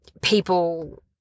people –